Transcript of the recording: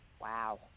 Wow